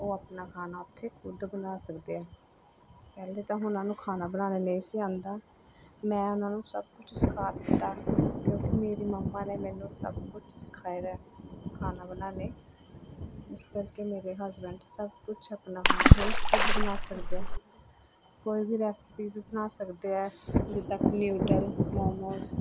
ਉਹ ਆਪਣਾ ਖਾਣਾ ਉੱਥੇ ਖੁਦ ਬਣਾ ਸਕਦੇ ਹੈ ਪਹਿਲਾਂ ਤਾਂ ਉਨ੍ਹਾਂ ਨੂੰ ਖਾਣਾ ਬਣਾਉਣਾ ਨਹੀਂ ਸੀ ਆਉਂਦਾ ਅਤੇ ਮੈਂ ਉਨ੍ਹਾਂ ਨੂੰ ਸਭ ਕੁਛ ਸਿਖਾ ਦਿੱਤਾ ਕਿਉਂਕਿ ਮੇਰੀ ਮੰਮਾਂ ਨੇ ਮੈਨੂੰ ਸਭ ਕੁਛ ਸਿਖਾਇਆ ਹੈਗਾ ਖਾਣਾ ਬਣਾਉਣਾ ਇਸ ਕਰਕੇ ਮੇਰੇ ਹਸਬੈਂਡ ਸਭ ਕੁਛ ਆਪਣਾ ਖਾਣਾ ਹੁਣ ਖੁਦ ਬਣਾ ਸਕਦੇ ਹੈ ਕੋਈ ਵੀ ਰੈਸਪੀ ਵੀ ਬਣਾ ਸਕਦੇ ਹੈ ਜਿੱਦਾਂ ਕਿ ਨਿਊਡਲ ਮੋਮੋਸ